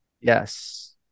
Yes